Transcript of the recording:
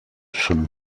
some